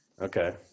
okay